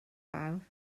fawr